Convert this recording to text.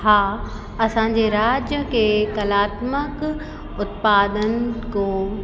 हा असांजे राज्य के कलात्मक उत्पादन को